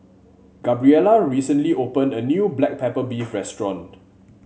Gabriela recently opened a new Black Pepper Beef restaurant